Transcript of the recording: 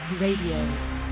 Radio